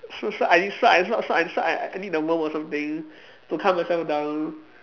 so so I so I so so I so I I need the warmth or something to calm myself down